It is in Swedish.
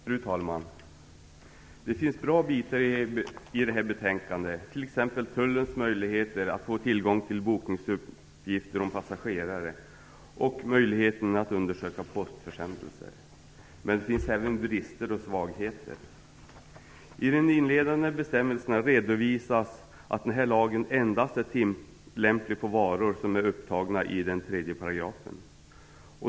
Fru talman! Det finns bra bitar i detta betänkande, som t.ex. tullens möjligheter att få tillgång till bokningsuppgifter om passagerare och möjligheten att undersöka postförsändelser. Men det finns även brister och svagheter. I de inledande bestämmelserna redovisas att lagen endast är tillämplig på varor som är upptagna i 3 §.